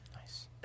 Nice